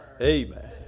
Amen